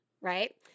right